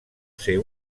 ser